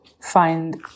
find